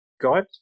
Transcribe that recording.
God